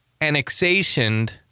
annexationed